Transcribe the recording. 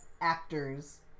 actors